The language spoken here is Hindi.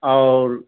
और